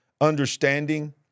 understanding